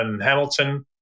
Hamilton